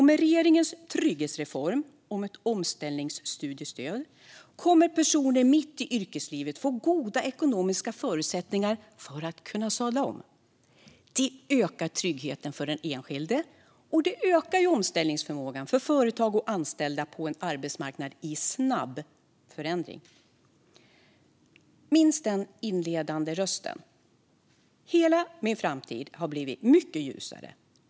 Med regeringens trygghetsreform om ett omställningsstudiestöd kommer personer mitt i yrkeslivet att få goda ekonomiska förutsättningar för att kunna sadla om. Det ökar tryggheten för den enskilde, och det ökar omställningsförmågan för företag och anställda på en arbetsmarknad i snabb förändring. Minns den inledande rösten: Hela min framtid har blivit mycket ljusare.